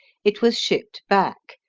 it was shipped back,